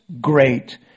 great